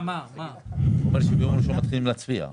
הוא אומר שביום ראשון מתחילים להצביע,